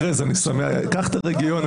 ארז, קח את הרגיעון.